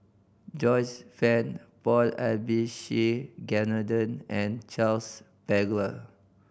Joyce Fan Paul Abisheganaden and Charles Paglar